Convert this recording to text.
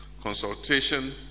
consultation